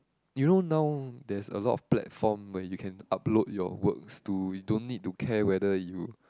you know now there's a lot of platform where you can upload your works to you don't need to care whether you